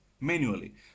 manually